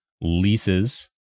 leases